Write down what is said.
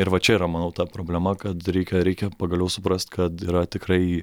ir va čia yra manau ta problema kad reikia reikia pagaliau suprast kad yra tikrai